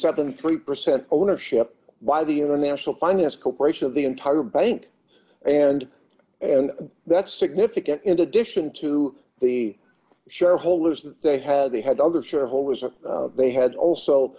seven three percent ownership why the international finance corporation of the entire bank and and that's significant in addition to the shareholders that they had they had other shareholders that they had also